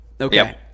Okay